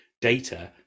data